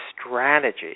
strategy